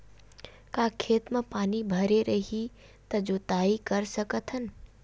का खेत म पानी भरे रही त जोताई कर सकत हन?